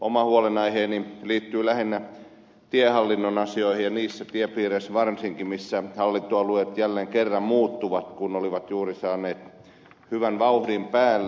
oma huolenaiheeni liittyy lähinnä tiehallinnon asioihin ja niissä tiepiireissä varsinkin missä hallintoalueet jälleen kerran muuttuvat kun olivat juuri saaneet hyvän vauhdin päälle